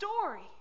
story